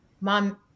mom